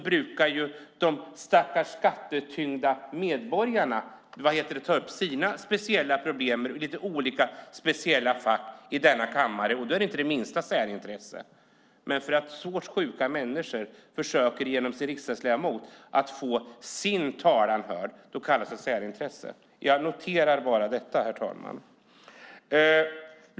De stackars skattetyngda medborgarna brukar ofta ta upp sina speciella problem i lite olika speciella fack i denna kammare, och då är det inte det minsta särintresse. Men att svårt sjuka människor genom sin riksdagsledamot försöker att få sin talan hörd kallas för särintresse. Jag noterar bara detta.